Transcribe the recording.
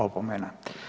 Opomena.